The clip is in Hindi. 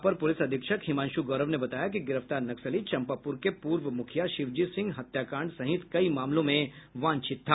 अपर पुलिस अधीक्षक हिमांशु गौरव ने बताया कि गिरफतार नक्सली चम्पापुर के पूर्व मुखिया शिवजी सिंह हत्याकांड सहित कई मामलों में वांछित था